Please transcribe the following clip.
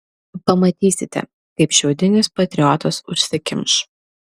pamatysite kaip šiaudinis patriotas užsikimš